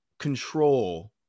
control